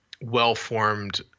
well-formed